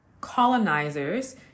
colonizers